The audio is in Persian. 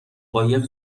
قایق